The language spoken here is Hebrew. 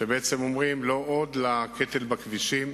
שבעצם אומרים "לא עוד" לקטל בכבישים.